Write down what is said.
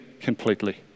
completely